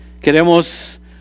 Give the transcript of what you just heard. Queremos